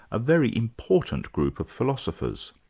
a very important group of philosophers.